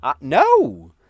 no